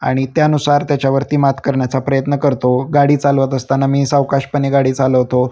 आणि त्यानुसार त्याच्यावरती मात करण्याचा प्रयत्न करतो गाडी चालवत असताना मी सावकाशपणे गाडी चालवतो